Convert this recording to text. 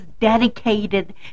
dedicated